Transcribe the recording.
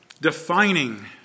defining